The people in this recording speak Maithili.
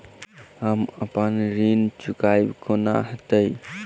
हम अप्पन ऋण चुकाइब कोना हैतय?